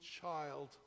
child